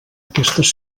aquestes